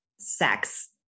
sex